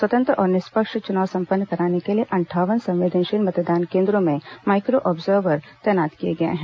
स्वतंत्र और निष्पक्ष चुनाव संपन्न कराने के लिए अंठावन संवेदनशील मतदान केन्द्रों में माइक्रो ऑब्जर्यर तैनात किए गए हैं